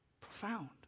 Profound